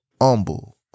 humble